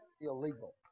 Illegal